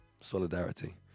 solidarity